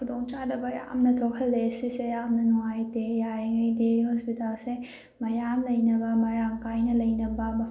ꯈꯨꯗꯣꯡ ꯆꯥꯗꯕ ꯌꯥꯝꯅ ꯊꯣꯛꯍꯟꯂꯦ ꯁꯤꯁꯦ ꯌꯥꯝꯅ ꯅꯨꯡꯉꯥꯏꯇꯦ ꯌꯥꯔꯤꯉꯩꯗꯤ ꯍꯣꯁꯄꯤꯇꯥꯜꯁꯦ ꯃꯌꯥꯝ ꯂꯩꯅꯕ ꯃꯔꯥꯡ ꯀꯥꯏꯅ ꯂꯩꯅꯕ